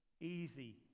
easy